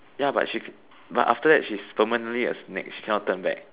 ya but she can but after that she's permanently a snake she cannot turn back